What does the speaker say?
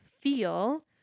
feel